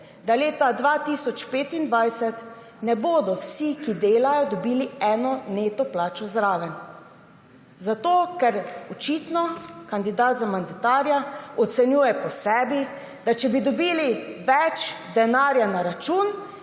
da leta 2025 ne bodo vsi, ki delajo, dobili eno neto plačo zraven. Zato ker očitno kandidat za mandatarja ocenjuje po sebi, da če bi dobili več denarja na račun,